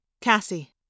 CASSIE